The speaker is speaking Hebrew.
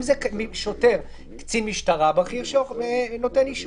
אם זה שוטר קצין משטרה בכיר שנותן אישור,